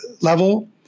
level